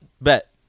Bet